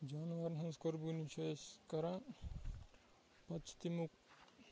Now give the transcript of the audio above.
جاناوارَن ہٕنٛز قۄربٲنی چھِ أسۍ کَران پَتہٕ چھِ تمیُک